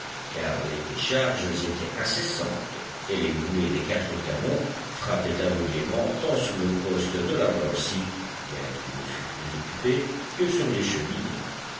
car les décharges étaient incessantes et les boulets des quatre canons frappaient aveuglément tant sur le poste de la mercy bien qu'il ne fût plus occupé que sur les cheminées